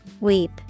Weep